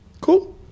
Cool